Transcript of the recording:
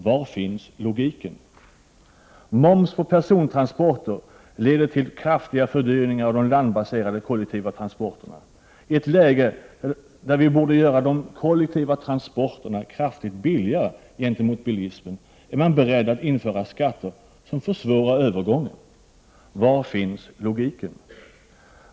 Var finns logiken? Moms på persontransporter leder till kraftiga fördyringar av de landbaserade kollektiva transporterna. I ett läge där vi borde göra de kollektiva transporterna kraftigt billigare i förhållande till bilismen är man beredd att införa skatter som försvårar övergången. Var finns logiken?